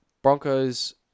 Broncos